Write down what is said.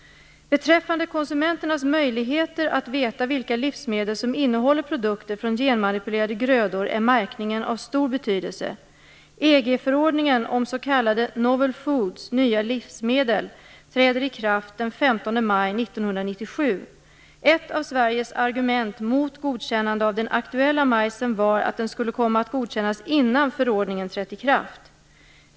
Beträffande konsumenternas möjligheter att veta vilka livsmedel som innehåller produkter från genmanipulerade grödor, är märkningen av stor betydelse. EG-förordningen om s.k. novel foods, nya livsmedel, träder i kraft den 15 maj 1997. Ett av Sveriges argument mot godkännande av den aktuella majsen, var att den skulle komma att godkännas innan förordningen trätt i kraft.